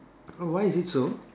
oh why is it so